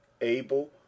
able